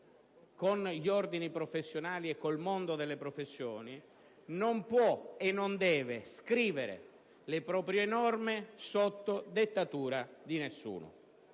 con gli ordini professionali ed il mondo delle professioni, non può e non deve scrivere le proprie norme sotto dettatura di nessuno.